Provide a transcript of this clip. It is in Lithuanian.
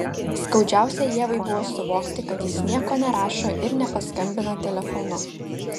skaudžiausia ievai buvo suvokti kad jis nieko nerašo ir nepaskambina telefonu